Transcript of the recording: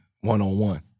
one-on-one